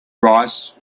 rice